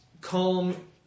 calm